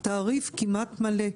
גם משלמים תעריף כמעט מלא,